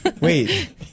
Wait